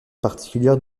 particulière